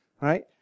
right